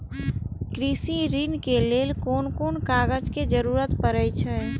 कृषि ऋण के लेल कोन कोन कागज के जरुरत परे छै?